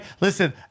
Listen